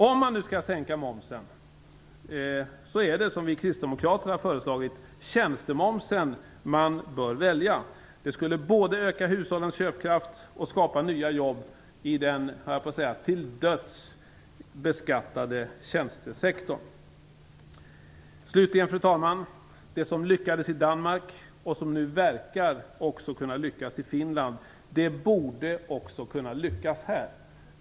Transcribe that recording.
Om man nu skall sänka momsen är det, som vi kristdemokrater har föreslagit, tjänstemomsen man bör välja. Det skulle öka hushållens köpkraft och skapa nya jobb i den till döds beskattade tjänstesektorn Fru talman! Det som lyckades i Danmark, och som nu också verkar kunna lyckas i Finland, borde också kunna lyckas här.